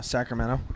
Sacramento